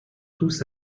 tous